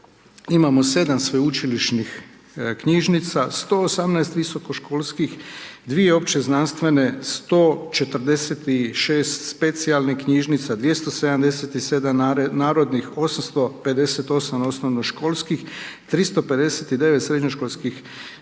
imamo 7 sveučilišnih knjižnica, 118 visokoškolskih, 2 opće znanstvene, 146 spacijalne knjižnice, 277 narodnih, 858 odnosno, školskih, 359 srednjoškolskih